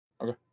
Okay